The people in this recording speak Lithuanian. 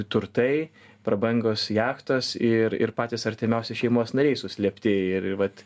turtai prabangios jachtos ir ir patys artimiausi šeimos nariai suslėpti ir vat